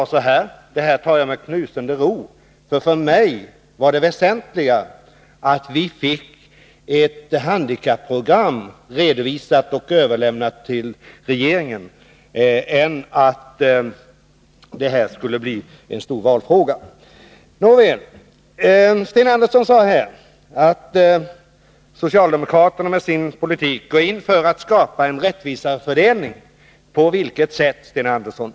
Det tog jag med knusende ro — för mig var det väsentligare att vi fick ett handikapprogram redovisat och överlämnat till regeringen än att socialdemokraterna skulle göra det till en stor valfråga. Sten Andersson sade att socialdemokraterna med sin politik går in för att skapa en rättvisare fördelning. På vilket sätt, Sten Andersson?